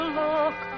look